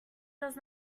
does